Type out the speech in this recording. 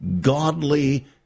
godly